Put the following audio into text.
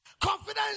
Confidence